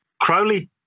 Crowley